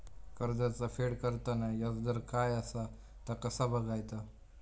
कर्जाचा फेड करताना याजदर काय असा ता कसा बगायचा?